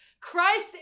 Christ